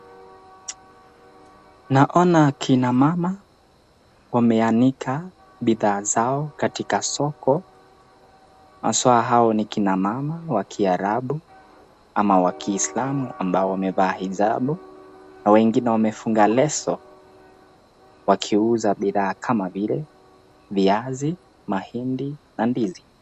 Naona kina mama wameanika bidhaa zao katika soko, haswa hao ni kina mama wa kiarabu ama wa kiislamu ambao wamevaa hijabu na wengine wamefunga leso wakiuza bidhaa kama vile viazi, mahindi na ndizi.